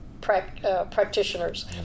practitioners